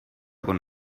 con